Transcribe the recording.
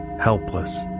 helpless